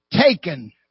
taken